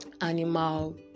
animal